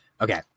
okay